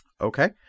Okay